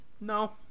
No